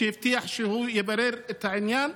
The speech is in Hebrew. והוא הבטיח שהוא יברר את העניין.